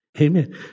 Amen